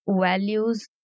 values